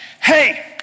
hey